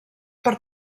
per